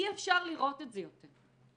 אי אפשר לראות את זה יותר.